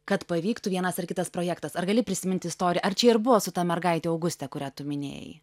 kad pavyktų vienas ar kitas projektas ar gali prisiminti istoriją ar čia ir buvo su ta mergaite auguste kurią tu minėjai